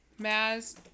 Maz